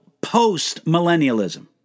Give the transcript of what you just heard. post-millennialism